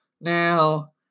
Now